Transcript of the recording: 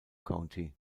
county